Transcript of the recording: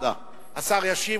השר ישיב,